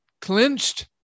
clenched